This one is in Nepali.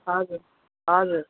हजुर हजुर